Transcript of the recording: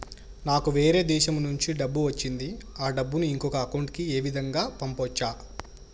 నాకు వేరే దేశము నుంచి డబ్బు వచ్చింది ఆ డబ్బును ఇంకొక అకౌంట్ ఏ విధంగా గ పంపొచ్చా?